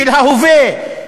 של ההווה,